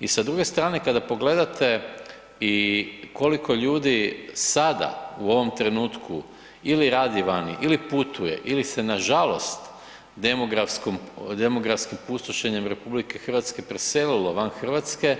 I sa druge strane kada pogledate i koliko ljudi sada u ovom trenutku ili radi vani ili putuje ili se nažalost demografskim pustošenjem RH preselilo van Hrvatske,